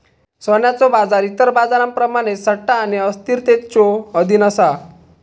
सोन्याचो बाजार इतर बाजारांप्रमाणेच सट्टा आणि अस्थिरतेच्यो अधीन असा